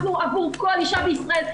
אנחנו עבור כל אישה בישראל,